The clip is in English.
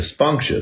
dysfunction